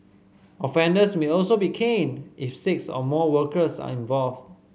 offenders may also be caned if six or more workers are involved